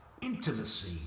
intimacy